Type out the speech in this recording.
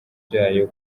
byayo